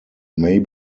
may